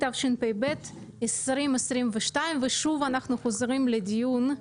התשפ"ב 2022. ושוב, אנחנו חוזרים לדיון,